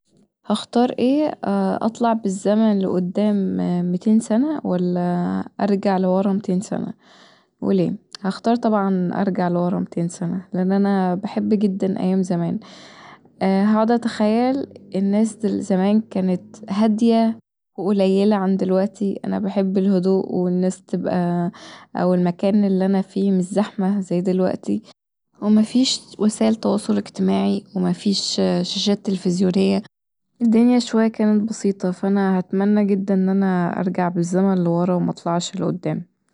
هختار ايه اطلع بالزمن لقدام ميتين سنة ولا ارجع بالزمن لورا ميتين سنه وليه، هختار طبعا ارجع لورا ميتين سنة لأن انا بحب جدا ايام زمان هقعد اتخيل الناس زمان كانت هاديه وقليله عن دلوقتي انا بحب الهدواء والناس تبقي او المكان اللي انا فيه مش زحمة زي دلوقتي ومفيش وسايل تواصل اجتماعي ومفيش شاشات تلفزيونيه، الدنيا شوية كانت بسيطه فأنا اتمني ان انا ارجع بالزمن ورا ومرجعش لقدام